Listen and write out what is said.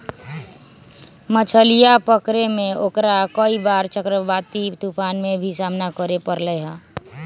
मछलीया पकड़े में ओकरा कई बार चक्रवाती तूफान के भी सामना करे पड़ले है